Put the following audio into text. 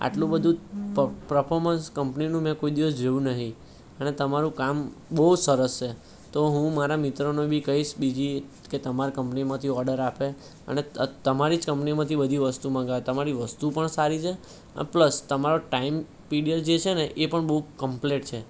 આટલું બધું પ્ર પ્ર્ફોરર્મન્સ કંપનીનું મેં કોઈ દિવસ જોયું નથી અને તમારું કામ બહુ સરસ છે તો હું મારા મિત્રોને બી કહીશ બીજી કે તમારા કંપનીમાંથી ઓર્ડર આપે અને તમારી કંપનીમાંથી બધી વસ્તુ મંગાવે તમારી વસ્તુ પણ સારી છે પ્લસ તમારો ટાઈમ પીરીયડ જે છે ને એ પણ બઉ કમ્પ્લીટ છે